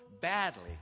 badly